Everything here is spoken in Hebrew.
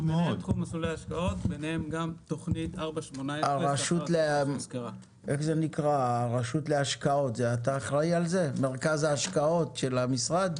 ביניהם גם תוכנית 418 --- אתה אחראי משרד ההשקעות של המשרד?